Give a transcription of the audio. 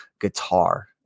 guitar